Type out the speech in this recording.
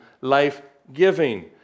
life-giving